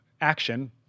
Action